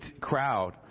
crowd